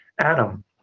Adam